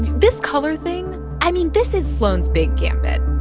this color thing i mean, this is sloan's big gambit.